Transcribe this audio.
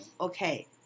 okay